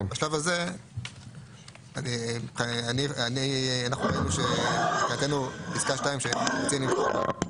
ובשלב הזה אנחנו ראינו שמבחינתנו פסקה (2) שרצינו למחוק,